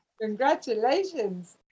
Congratulations